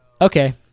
okay